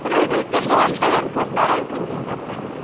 మీరు ఏదైతే బాగుంటుందనుకుంటున్నారో అది కొంచెం చెప్పండి